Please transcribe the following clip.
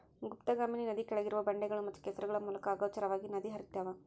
ಗುಪ್ತಗಾಮಿನಿ ನದಿ ಕೆಳಗಿರುವ ಬಂಡೆಗಳು ಮತ್ತು ಕೆಸರುಗಳ ಮೂಲಕ ಅಗೋಚರವಾಗಿ ನದಿ ಹರ್ತ್ಯಾವ